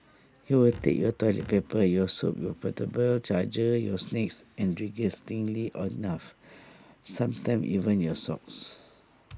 he will take your toilet paper your soap your portable charger your snacks and disgustingly enough sometimes even your socks